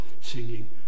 singing